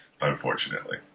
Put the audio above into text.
unfortunately